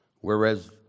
whereas